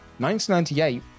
1998